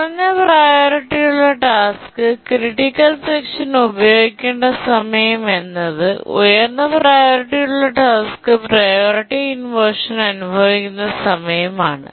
കുറഞ്ഞ പ്രിയോറിറ്റിയുള്ള task critical section ഉപയോഗിക്കേണ്ട സമയം എന്നത് ഉയർന്ന പ്രിയോറിറ്റിയുള്ള ടാസ്ക് പ്രിയോറിറ്റി ഇൻവെർഷൻ അനുഭവിക്കുന്ന സമയമാണ്